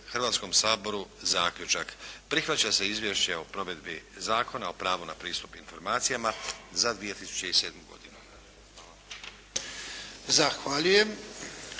Hrvatskom saboru zaključak. Prihvaća se izvješće o provedbi Zakona o pravu na pristup informacijama za 2007. godinu. Hvala.